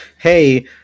Hey